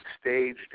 staged